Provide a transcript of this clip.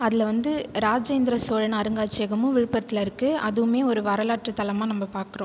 அதில் வந்து இராஜேந்திர சோழன் அருங்காட்சியகமும் விழுப்புரத்துலேருக்கு அதுவும் ஒரு வரலாற்று தலமாக நம்ப பார்க்கறோம்